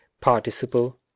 participle